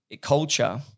culture –